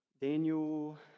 Daniel